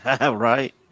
Right